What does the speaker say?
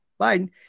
Biden